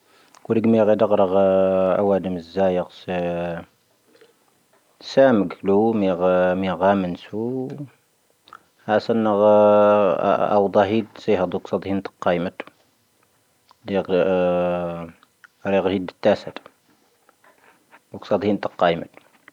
ⴽⵡⵉⵍⵉⴳⵎⵉ ⵢⴰⴳ ⵢⴰⴳ ⴰⴳⴰⵔ ⴰⴳⴰⵔ ⴰⵡⴰⴷⵉⵎ ⵣⴰⵢⴰⵇ ⵙⴻ ⵙⴰⵎⴳⵉⵍⵓ, ⵎⵉⴰⴳ ⴰⴰⵎⴰⵏⵙⵓ. ⴰⵙⴰⵏ ⴰⴳⴰⵔ ⴰⵡⴰⴷⴰⵀⵉⴷ ⵙⴻ ⵢⴰⴷ ⵓⴽⵙⴻ ⴰⴷⵀⵉⵉⵏ ⵜⴰⵇⴰⵉⵎⵓⵜ. ⵢⴰⴳ ⴰⴳⴰⵔ ⵢⴰⴳ ⴰⴷⵀⵉⵉⵏ ⵜⴰⵙⴰ. ⵓⴽⵙⴻ ⴰⴷⵀⵉⵉⵏ ⵜⴰⵇⴰⵉⵎⵓⵜ.